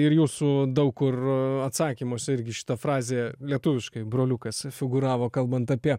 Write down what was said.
ir jūsų daug kur atsakymuose irgi šita frazė lietuviškai broliukas figūravo kalbant apie